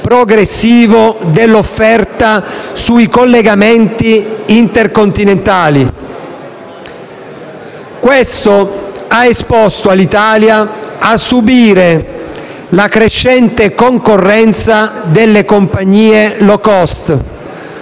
progressivo dell'offerta sui collegamenti intercontinentali. Questo ha esposto Alitalia a subire la crescente concorrenza delle compagnie *low cost*,